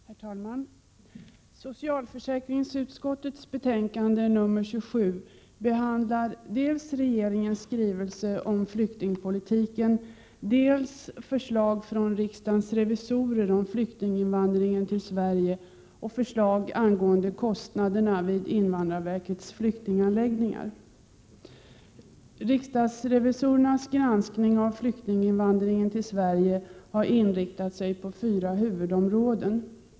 Herr talman! Socialförsäkringsutskottets betänkande nr 27 behandlar dels regeringens skrivelse om flyktingpolitiken, dels förslag från riksdagens revisorer om flyktinginvandringen till Sverige och förslag angående kostnaderna vid invandrarverkets flyktinganläggningar. Riksdagsrevisorernas granskning av flyktinginvandringen till Sverige har inriktat sig på fyra huvudområden.